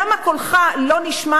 למה קולך לא נשמע